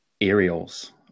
aerials